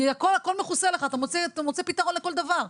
הכול מכוסה לך ואתה מוצא פתרון לכל דבר.